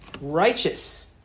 righteous